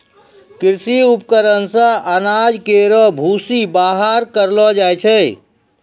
कृषि उपकरण से अनाज केरो भूसी बाहर करलो जाय छै